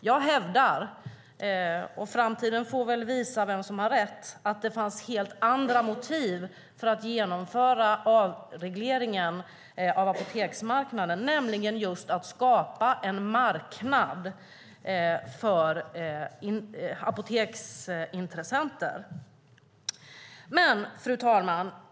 Jag hävdar - och framtiden får visa vem som har rätt - att det fanns helt andra motiv för att genomföra avregleringen av apoteksmarknaden, nämligen just att skapa en marknad för apoteksintressenter. Fru talman!